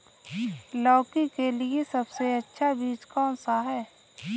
लौकी के लिए सबसे अच्छा बीज कौन सा है?